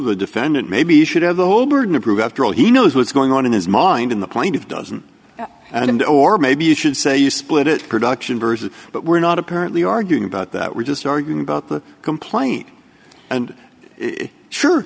the defendant maybe should have the whole burden of proof after all he knows what's going on in his mind in the plaintiff's doesn't and or maybe you should say you split it production versus but we're not apparently arguing about that we're just arguing about the complaint and sure